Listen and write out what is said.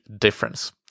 difference